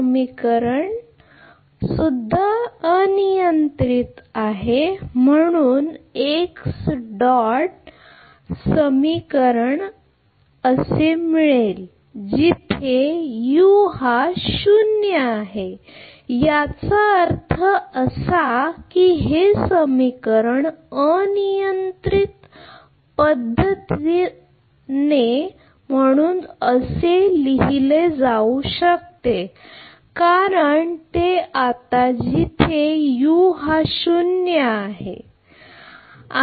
समजा हे अनियंत्रित पद्धत आहे म्हणून हे समीकरण मिळेल जिथे u हा शून्य आहे याचा अर्थ असा की हे समीकरण अनियंत्रित पद्धत म्हणून असे लिहिले जाऊ शकते कारण ते आता जिथे u हा शून्य आहे